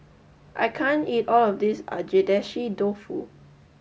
I can't eat all of this Agedashi Dofu